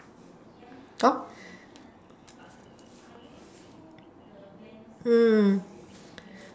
hor